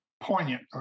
poignant